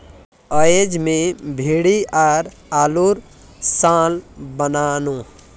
अयेज मी भिंडी आर आलूर सालं बनानु